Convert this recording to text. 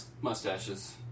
mustaches